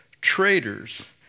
traitors